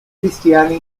cristiani